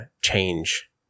change